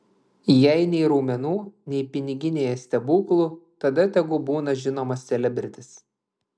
jei nei raumenų nei piniginėje stebuklų tada tegu būna žinomas selebritis